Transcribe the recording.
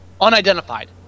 unidentified